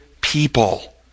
people